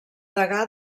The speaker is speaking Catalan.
degà